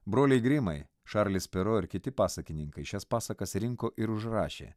broliai grimai šarlis pero ir kiti pasakininkai šias pasakas rinko ir užrašė